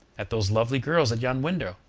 at those lovely girls at yon window.